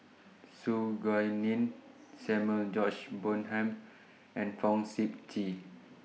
Su Guaning Samuel George Bonham and Fong Sip Chee